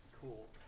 Cool